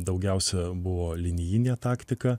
daugiausia buvo linijinė taktika